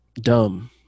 dumb